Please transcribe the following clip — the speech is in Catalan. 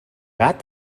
gat